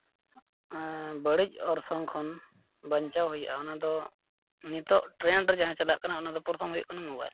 ᱵᱟᱹᱲᱤᱡ ᱚᱨᱥᱚᱝ ᱠᱷᱚᱱ ᱵᱟᱧᱪᱟᱣ ᱦᱩᱭᱩᱜᱼᱟ ᱚᱱᱟ ᱫᱚ ᱱᱤᱛᱚᱜ ᱴᱨᱮᱱᱰ ᱨᱮ ᱡᱟᱦᱟᱸ ᱪᱟᱞᱟᱜ ᱚᱱᱟ ᱫᱚ ᱯᱨᱚᱛᱷᱚᱢ ᱦᱩᱭᱩᱜ ᱠᱟᱱᱟ ᱢᱳᱵᱟᱭᱤᱞ